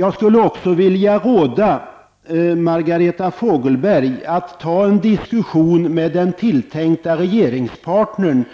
Jag skulle vilja råda Margareta Fogelberg att ta en diskussion med den tilltänkta regeringspartnern,